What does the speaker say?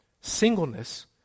singleness